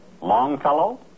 Longfellow